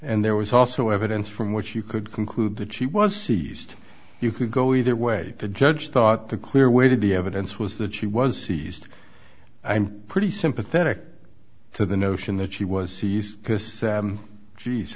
and there was also evidence from which you could conclude that she was seized you could go either way the judge thought the clear way to the evidence was that she was seized i'm pretty sympathetic to the notion that she was she's because